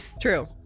true